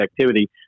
activity